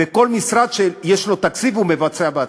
וכל משרד שיש לו תקציב מבצע בעצמו.